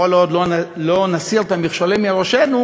כל עוד לא נסיר את המכשולים מראשנו,